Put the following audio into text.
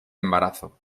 embarazo